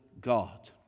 God